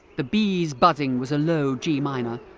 the bees' buzzing was a low g minor.